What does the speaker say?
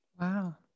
Wow